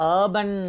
urban